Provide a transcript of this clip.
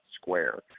square